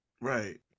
Right